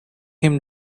him